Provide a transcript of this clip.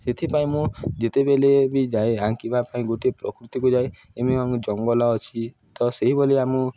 ସେଥିପାଇଁ ମୁଁ ଯେତେବେଲେ ବି ଯାଏ ଆଙ୍କିବା ପାଇଁ ଗୋଟେ ପ୍ରକୃତିକୁ ଯାଏ ଜଙ୍ଗଲ ଅଛି ତ ସେଇଭଲି ଆମ